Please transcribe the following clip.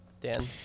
dan